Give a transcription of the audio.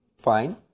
Fine